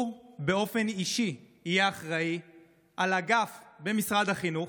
הוא באופן אישי יהיה אחראי על אגף במשרד החינוך,